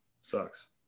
sucks